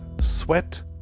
sweat